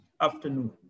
afternoon